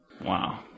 Wow